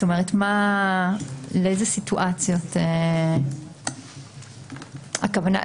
לאיזו סיטואציות מתכוונים?